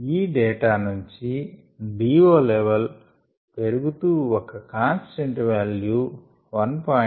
ఈ డేటా నుంచి DO level పెరుగుతూ ఒక కాన్స్టెంట్ వాల్యూ 1